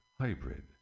Hybrid